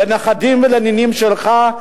לנכדים ולנינים שלך,